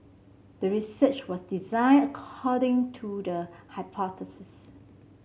the research was designed according to the hypothesis